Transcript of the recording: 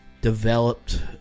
developed